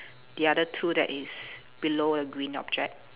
the other two that is below the green object